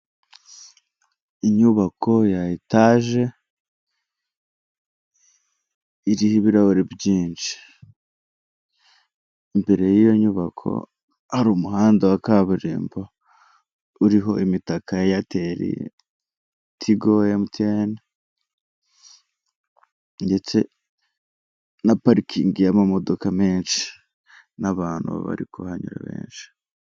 Inyubako etaje iriho ibiragure byinshi, imbere y'iyo nyubako hari umuhanda wa kaburimbo uriho imitaka ya Eyateri, Tigo, MTN ndetse na parikingi y'amamodoka menshi n'abantu bari kuhanyura benshi.